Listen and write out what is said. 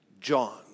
John